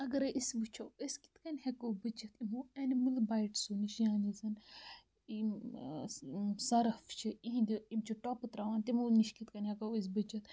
اَگَرے أسۍ وٕچھو أسۍ کِتھ کٔنۍ ہیٚکو بٔچِتھ یِمو ایٚنِمٕل بایٹسو نِش یعنی زَن یِم سَرَف چھِ اِہِنٛدِ یِم چھِ ٹۄپہٕ تراوان تِمو نِش کِتھ کٔنۍ ہیٚکو أسۍ بٔچِتھ